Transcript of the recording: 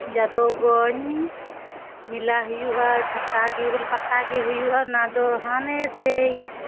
ᱡᱟᱫᱚᱵᱽᱜᱚᱸᱡ ᱢᱮᱞᱟ ᱦᱩᱭᱩᱜᱼᱟ ᱪᱷᱟᱛᱟ ᱜᱮ ᱵᱚᱞᱮ ᱯᱟᱛᱟ ᱜᱮ ᱦᱩᱭᱩᱜᱼᱟ ᱚᱱᱟ ᱫᱚ ᱦᱟᱱᱮ ᱥᱮᱭ